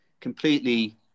completely